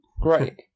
great